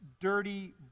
dirty